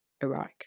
Iraq